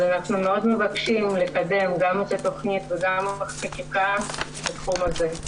אז אנחנו מאוד מבקשים לקדם גם את התכנית וגם את החקיקה בתחום הזה.